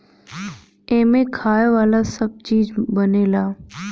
एमें खाए वाला सब चीज बनेला